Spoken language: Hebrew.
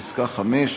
פסקה (5)